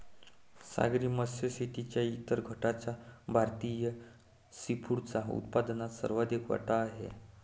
सागरी मत्स्य शेतीच्या इतर गटाचा भारतीय सीफूडच्या उत्पन्नात सर्वाधिक वाटा आहे